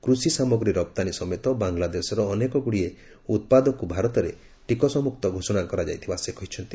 କୃଷି ସାମଗ୍ରୀ ରପ୍ତାନୀ ସମେତ ବାଂଲାଦେଶର ଅନେକ ଗୁଡ଼ିଏ ଉତ୍ପାଦକୁ ଭାରତରେ ଟିକସମୁକ୍ତ ଘୋଷଣା କରାଯାଇଥିବା ସେ କହିଛନ୍ତି